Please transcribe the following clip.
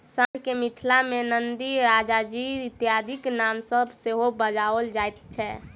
साँढ़ के मिथिला मे नंदी, राजाजी इत्यादिक नाम सॅ सेहो बजाओल जाइत छै